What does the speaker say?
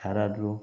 ಯಾರಾದ್ರೂ